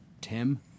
Tim